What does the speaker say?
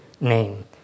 name